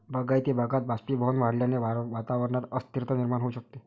बागायती भागात बाष्पीभवन वाढल्याने वातावरणात अस्थिरता निर्माण होऊ शकते